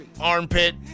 Armpit